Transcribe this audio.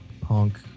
punk